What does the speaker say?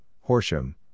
Horsham